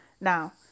Now